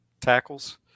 tackles